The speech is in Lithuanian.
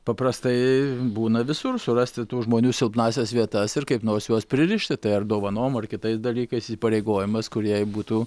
paprastai būna visur surasti tų žmonių silpnąsias vietas ir kaip nors juos pririšti tai ar dovanom ar kitais dalykais įpareigojamas kurie jai būtų